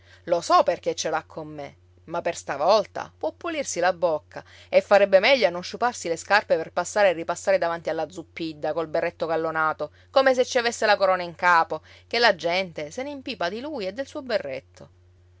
lo so perché ce l'ha con me ma per stavolta può pulirsi la bocca e farebbe meglio a non sciuparsi le scarpe per passare e ripassare davanti alla zuppidda col berretto gallonato come se ci avesse la corona in capo che la gente se ne impipa di lui e del suo berretto